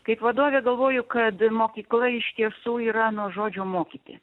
kaip vadovė galvoju kad mokykla iš tiesų yra nuo žodžio mokyti